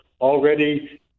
already